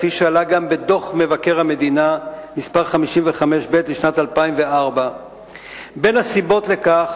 כפי שעלה גם בדוח מבקר המדינה 55ב לשנת 2004. בין הסיבות לכך: